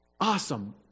Awesome